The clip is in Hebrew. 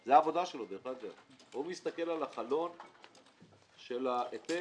זאת העבודה שלו, הוא מסתכל על החלון של ההיטל